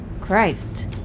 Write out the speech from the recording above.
Christ